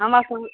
हमरा सब